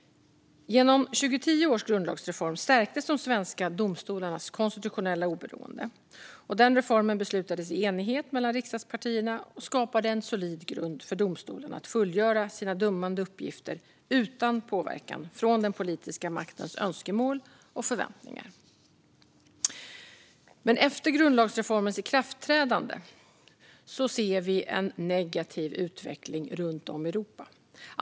Genom 2010 års grundlagsreform stärktes de svenska domstolarnas konstitutionella oberoende. Reformen beslutades i enighet mellan riksdagspartierna och skapade en solid grund för domstolarna att fullgöra sina dömande uppgifter utan påverkan från den politiska maktens önskemål och förväntningar. Men efter grundlagsreformens ikraftträdande ser vi en negativ utveckling runt om i Europa.